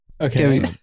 Okay